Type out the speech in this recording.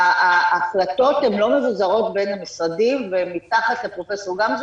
ההחלטות לא מבוזרות בין המשרדים והן מתחת לפרופ' גמזו.